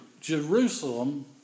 Jerusalem